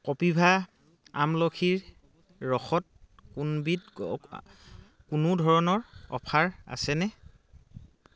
কপিভা আমলখিৰ ৰসত কোনবিধ কোনো ধৰণৰ অ'ফাৰ আছেনে